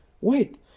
wait